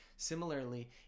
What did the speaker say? Similarly